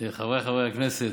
חבריי חברי הכנסת,